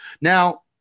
Now